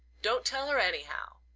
don't tell her anyhow.